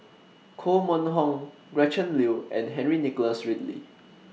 Koh Mun Hong Gretchen Liu and Henry Nicholas Ridley